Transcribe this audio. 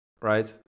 right